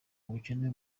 ubukene